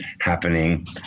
happening